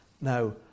Now